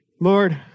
Lord